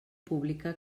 pública